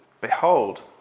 behold